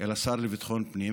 אל השר לביטחון הפנים,